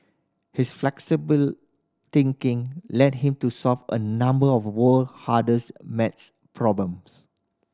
his flexible thinking led him to solve a number of world hardest math problems